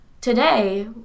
today